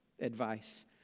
advice